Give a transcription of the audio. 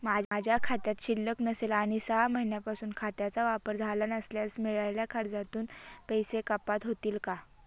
माझ्या खात्यात शिल्लक नसेल आणि सहा महिन्यांपासून खात्याचा वापर झाला नसल्यास मिळालेल्या कर्जातून पैसे कपात होतील का?